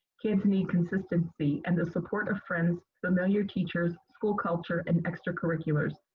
kids need consistency and the support of friends, familiar teachers, school culture, and extracurriculars,